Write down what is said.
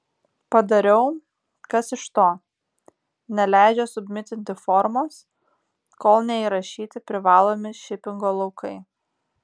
padariau kas iš to neleidžia submitinti formos kol neįrašyti privalomi šipingo laukai